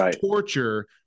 torture